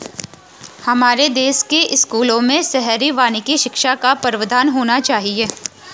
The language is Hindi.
हमारे देश के स्कूलों में शहरी वानिकी शिक्षा का प्रावधान होना चाहिए